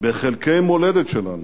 בחלקי מולדת שלנו.